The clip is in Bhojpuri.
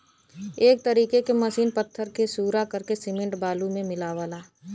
एक तरीके की मसीन पत्थर के सूरा करके सिमेंट बालू मे मिलावला